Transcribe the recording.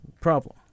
problem